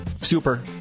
super